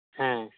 ᱦᱮᱸ